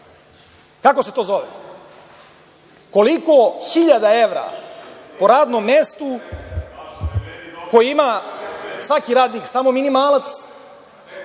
Kako se to zove? Koliko hiljada evra po radnom mestu koji ima svaki radnik samo minimalac,